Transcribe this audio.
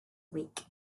week